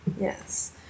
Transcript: Yes